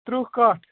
تٕرٛہ کٹھ